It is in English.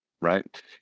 right